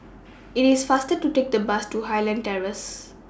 IT IS faster to Take The Bus to Highland Terrace